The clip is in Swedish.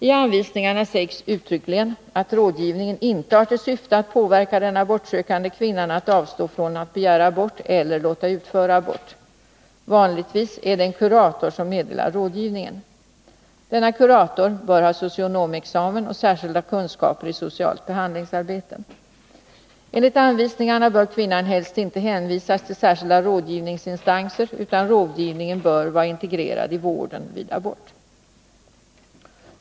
I anvisningarna sägs uttryckligen att rådgivningen inte har till syfte att påverka den abortsökande kvinnan att avstå från att begära abort eller låta utföra abort. Vanligtvis är det en kurator som meddelar rådgivningen. Denna kurator bör ha socionomexamen och särskilda kunskaper i socialt behandlingsarbete. Enligt anvisningarna bör kvinnan helst inte hänvisas till särskilda rådgivningsinstanser, utan rådgivningen bör vara integrerad i vården vid abort.